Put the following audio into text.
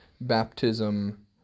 baptism